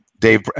Dave